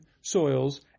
soils